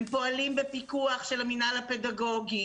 הם פועלים בפיקוח של המינהל הפדגוגי